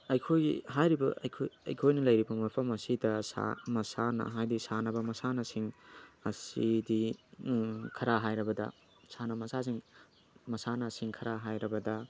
ꯑꯩꯈꯣꯏꯒꯤ ꯍꯥꯏꯔꯤꯕ ꯑꯩꯈꯣꯏꯅ ꯂꯩꯔꯤꯕ ꯃꯐꯝ ꯑꯁꯤꯗ ꯃꯁꯥꯟꯅ ꯍꯥꯏꯕꯗꯤ ꯁꯥꯟꯅꯕ ꯃꯁꯥꯟꯅꯁꯤꯡ ꯑꯁꯤꯗꯤ ꯈꯔ ꯍꯥꯏꯔꯕꯗ ꯁꯥꯟꯅꯕ ꯃꯁꯥꯟꯅꯁꯤꯡ ꯈꯔ ꯍꯥꯏꯔꯕꯗ